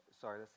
Sorry